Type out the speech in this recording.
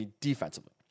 defensively